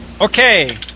Okay